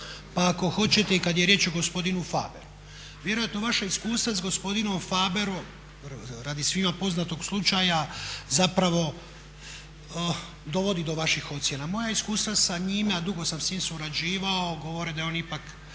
Pa ako hoćete, i kad je riječ o gospodinu Faberu, vjerojatno vaša iskustva s gospodinom Faberom, radi svima poznatog slučaja zapravo dovodi do vaših ocjena. Moja iskustva sa njime, a dugo sam s njim surađivao govore da je on ipak